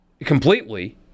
completely